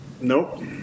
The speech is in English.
Nope